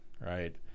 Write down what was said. right